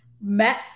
met